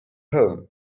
home